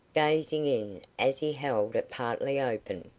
gazing in as he held it partly open.